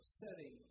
setting